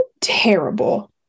terrible